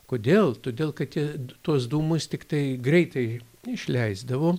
kodėl todėl kad tie tuos dūmus tiktai greitai išleisdavo